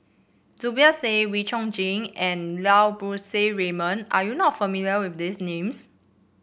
Zubir Said Wee Chong Jin and Lau Poo Seng Raymond are you not familiar with these names